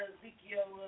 Ezekiel